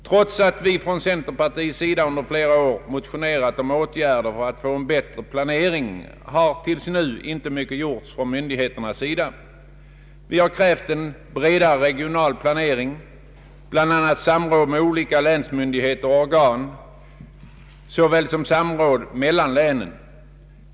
Trots att vi från centerpartiets sida under flera år motionerat om åtgärder för att få en bättre planering har till nu inte mycket gjorts från myndigheternas sida. Vi har krävt en bredare regional planering och bl.a. samråd med olika länsmyndigheter och organ liksom samråd mellan länen.